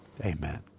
Amen